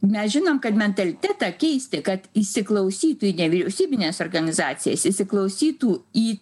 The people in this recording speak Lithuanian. mes žinom kad mentalitetą keisti kad įsiklausytų į nevyriausybines organizacijas įsiklausytų į